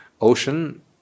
ocean